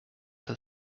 for